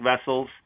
vessels